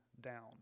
down